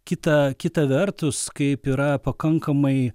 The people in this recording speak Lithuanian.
kita kita vertus kaip yra pakankamai